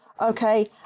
Okay